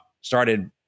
started